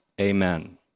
Amen